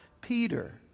Peter